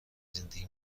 زندگی